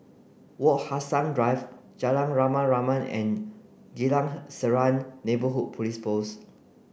Wak Hassan Drive Jalan Rama Rama and Geylang Serai Neighbourhood Police Post